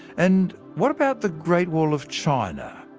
and what about the great wall of china?